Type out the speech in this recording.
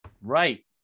Right